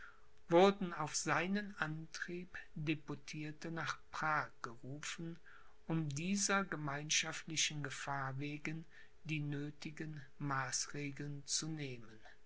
wurden auf seinen antrieb deputierte nach prag gerufen um dieser gemeinschaftlichen gefahr wegen die nöthigen maßregeln zu nehmen